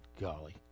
golly